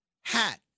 hat